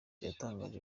yatangaje